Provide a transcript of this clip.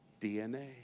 DNA